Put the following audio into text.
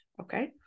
Okay